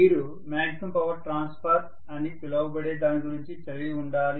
మీరు maximum power transfer అని పిలువబడే దాని గురించి చదివి ఉండాలి